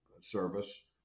service